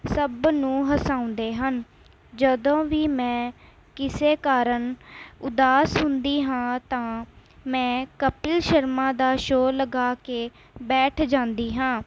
ਸਭ ਨੂੰ ਹਸਾਉਂਦੇ ਹਨ ਜਦੋਂ ਵੀ ਮੈਂ ਕਿਸੇ ਕਾਰਨ ਉਦਾਸ ਹੁੰਦੀ ਹਾਂ ਤਾਂ ਮੈਂ ਕਪਿਲ ਸ਼ਰਮਾ ਦਾ ਸ਼ੋਅ ਲਗਾ ਕੇ ਬੈਠ ਜਾਂਦੀ ਹਾਂ